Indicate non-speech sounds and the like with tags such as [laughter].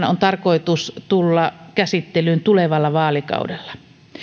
[unintelligible] on tarkoitus tulla käsittelyyn tulevalla vaalikaudella